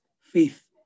Faith